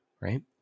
right